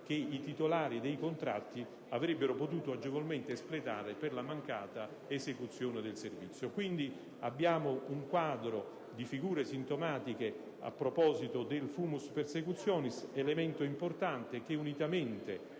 che i titolari dei contratti avrebbero potuto agevolmente espletare per la mancata esecuzione del servizio. Quindi, abbiamo un quadro di figure sintomatiche, a proposito del *fumus* *persecutionis*, elemento importante che, unitamente